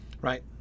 right